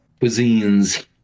cuisines